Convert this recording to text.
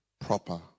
proper